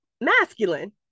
masculine